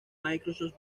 microsoft